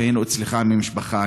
שהיינו אצלך עם המשפחה,